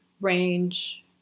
range